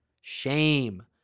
shame